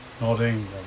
nodding